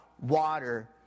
water